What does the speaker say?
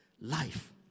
life